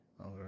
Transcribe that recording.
Okay